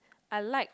I like